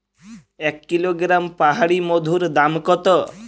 এক কিলোগ্রাম পাহাড়ী মধুর দাম কত?